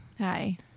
Hi